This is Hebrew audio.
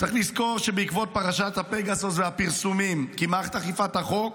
צריך לזכור שבעקבות פרשת פגסוס והפרסומים כי מערכת אכיפת החוק